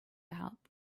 help